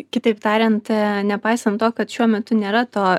kitaip tariant nepaisant to kad šiuo metu nėra to